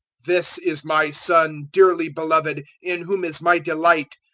this is my son dearly beloved, in whom is my delight.